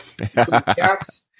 cats